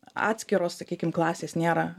atskiros sakykim klasės nėra